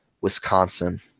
Wisconsin